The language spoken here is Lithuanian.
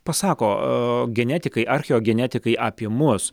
pasako genetikai archeogenetikai apie mus